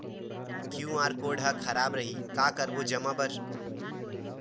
QR code हा खराब रही का करबो जमा बर?